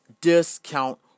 discount